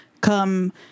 come